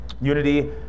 Unity